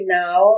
now